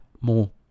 more